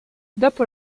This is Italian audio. dopo